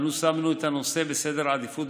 אנו שמנו את הנושא גבוה בסדר העדיפויות